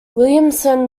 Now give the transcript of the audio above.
williamson